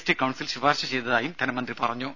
T council ശുപാർശ ചെയ്തതായും ധനമന്ത്രി പറഞ്ഞു